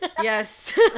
Yes